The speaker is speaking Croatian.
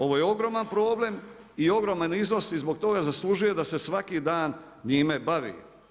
Ovo je ogroman problem i ogroman iznos i zbog toga zaslužuje da se svaki dan njime bavi.